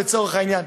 לצורך העניין,